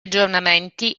aggiornamenti